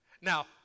Now